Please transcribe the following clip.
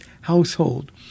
household